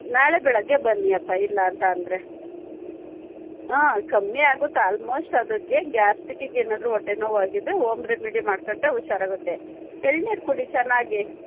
ನಾಳೆ ಬೆಳಗ್ಗೆ ಬನ್ನಿಯಪ್ಪ ಇಲ್ಲ ಅಂತ ಅಂದರೆ ಹಾಂ ಕಮ್ಮಿ ಆಗುತ್ತೆ ಆಲ್ಮೋಸ್ಟ್ ಅದಕ್ಕೆ ಗ್ಯಾಸ್ಟ್ರಿಕಿಗೆ ಏನಾದರೂ ಹೊಟ್ಟೆನೋವು ಆಗಿದ್ದರೆ ಓಮ್ ರೆಮಿಡಿ ಮಾಡ್ಕೊಂಡ್ರೆ ಹುಷಾರಾಗುತ್ತೆ ಎಳ್ನೀರು ಕುಡಿ ಚೆನ್ನಾಗಿ